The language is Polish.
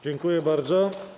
Dziękuję bardzo.